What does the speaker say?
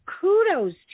kudos